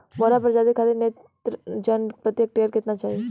बौना प्रजाति खातिर नेत्रजन प्रति हेक्टेयर केतना चाही?